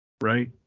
right